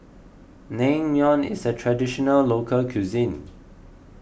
Naengmyeon is a Traditional Local Cuisine